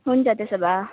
हुन्छ त्यसो भए